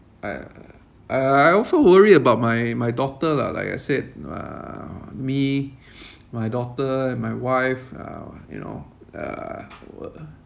I I I also worry about my my daughter lah like I said uh me my daughter and my wife uh you know uh what